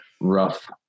rough